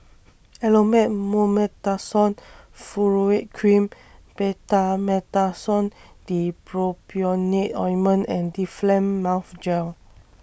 Elomet Mometasone Furoate Cream Betamethasone Dipropionate Ointment and Difflam Mouth Gel